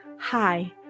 Hi